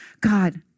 God